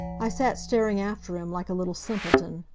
i sat staring after him like a little simpleton,